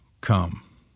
come